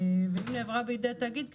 והיא עברה בידי תאגיד,